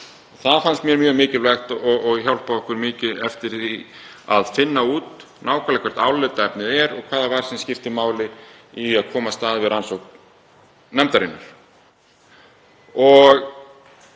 Það fannst mér mjög mikilvægt og hjálpaði okkur mikið við að finna út nákvæmlega hvert álitaefnið væri og hvað það væri sem skipti máli að komast að við rannsókn nefndarinnar.